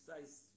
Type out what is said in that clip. size